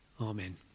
Amen